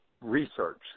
research